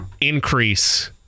increase